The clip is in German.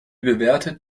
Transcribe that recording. bewertet